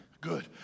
Good